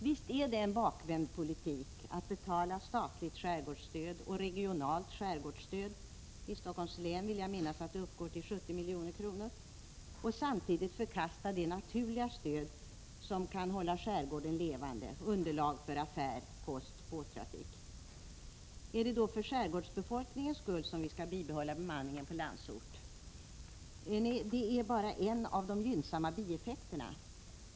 Visst är det en bakvänd politik att betala statligt skärgårdsstöd och regionalt skärgårdsstöd—i Stockholms län vill jag minnas att det uppgår till 70 milj.kr. — och samtidigt förkasta det naturliga stöd som kan hålla skärgården levande: underlag för affär, post, båttrafik. Är det då för skärgårdsbefolkningens skull som vi skall bibehålla bemanningen på Landsort? Nej, det är bara en av de gynnsamma bieffekterna.